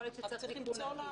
יכול להיות שצריך למצוא לה